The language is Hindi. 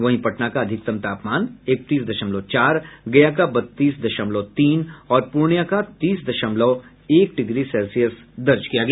वहीं पटना का अधिकतम तापमान इकतीस दशमलव चार गया का बत्तीस दशमलव तीन और पूर्णियां का तीस दमशलव एक डिग्री सेल्सियस दर्ज किया गया